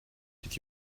did